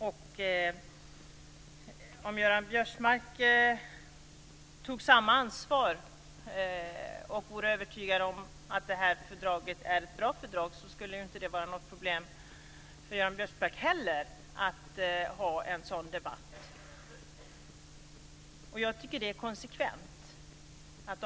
Om Karl-Göran Biörsmark tog samma ansvar och vore övertygad om att det här är ett bra fördrag skulle det inte vara något problem för Biörsmark heller att ha en sådan debatt. Det är konsekvent.